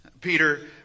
Peter